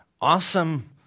awesome